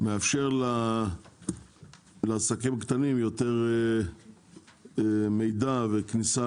שנאפשר לעסקים קטנים יותר מידע וכניסה